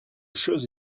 chose